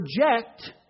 project